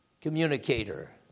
communicator